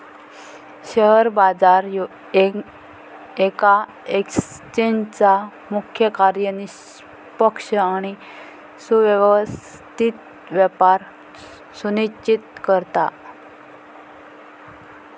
share बाजार येका एक्सचेंजचा मुख्य कार्य निष्पक्ष आणि सुव्यवस्थित व्यापार सुनिश्चित करता